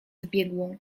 zbiegłą